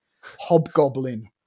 hobgoblin